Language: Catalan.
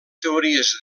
teories